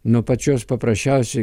nuo pačios paprasčiausiai